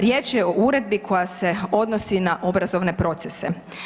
Riječ je o uredbi koja se odnosi na obrazovne procese.